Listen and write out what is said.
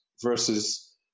versus